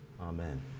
Amen